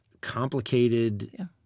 complicated